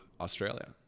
Australia